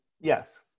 Yes